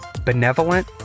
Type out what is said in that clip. benevolent